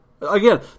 Again